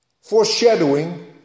foreshadowing